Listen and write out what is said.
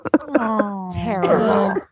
Terrible